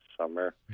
summer